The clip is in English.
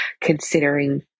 considering